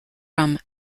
from